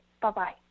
Bye-bye